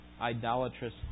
idolatrous